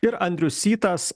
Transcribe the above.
ir andrius sytas